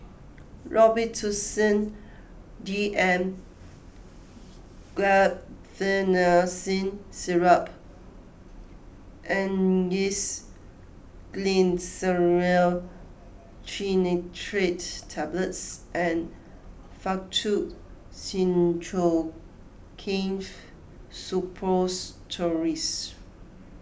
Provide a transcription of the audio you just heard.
Robitussin D M Guaiphenesin Syrup Angised Glyceryl Trinitrate Tablets and Faktu Cinchocaine Suppositories